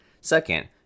Second